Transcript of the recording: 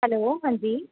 hello ਹਾਂਜੀ